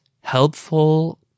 helpful